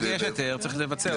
אחרי שיש היתר, צריך לבצע.